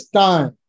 time